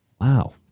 Wow